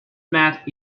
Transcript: met